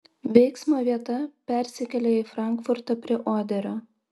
veiksmo vieta persikelia į frankfurtą prie oderio